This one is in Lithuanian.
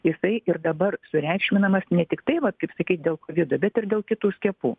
jisai ir dabar sureikšminamas ne tiktai va kaip sakyt dėl kovido bet ir dėl kitų skiepų